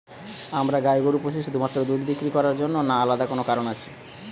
আমরা গাই গরু পুষি শুধুমাত্র দুধ বিক্রি করার জন্য না আলাদা কোনো কারণ আছে?